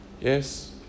Yes